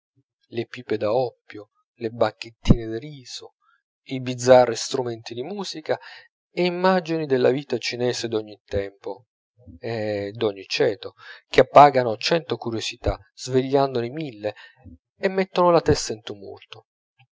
le pipe da oppio le bacchettine da riso i bizzarri strumenti di musica e immagini della vita chinese d'ogni tempo e d'ogni ceto che appagano cento curiosità svegliandone mille e metton la testa in tumulto